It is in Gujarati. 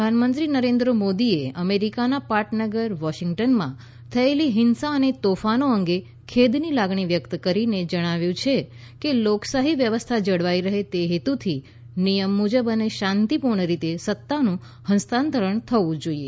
પ્રધાનમંત્રી નરેન્દ્ર મોદીએ અમેરિકાના પાટનગર વોશિંગ્ટનમાં થયેલી હિંસા અને તોફાનો અંગે ખેદની લાગણી વ્યક્ત કરીને જણાવ્યું છે કે લોકશાહી વ્યવસ્થા જળવાઈ રહે તે હેતુથી નિયમ મુજબ અને શાંતિ પૂર્ણ રીતે સત્તાનું હસ્તાંતરણ થવું જોઈએ